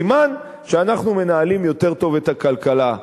סימן שאנחנו מנהלים יותר טוב את הכלכלה.